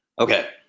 Okay